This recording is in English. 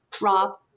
Rob